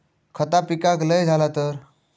खता पिकाक लय झाला तर?